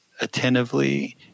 attentively